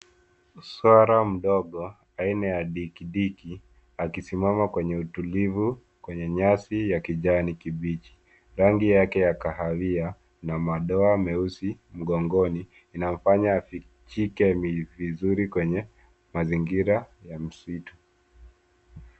Swara mdogo aina ya diki akisimama kwenye utulivu na nyasi ya kijani kibichi. Rangi yake ya kahawia na madoa meusi mgongoni inafaa afivhike vizuri kwenye mazingira ya msitu.